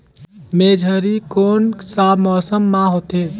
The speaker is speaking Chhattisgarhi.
मेझरी कोन सा मौसम मां होथे?